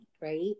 right